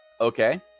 Okay